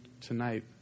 tonight